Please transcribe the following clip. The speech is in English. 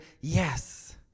yes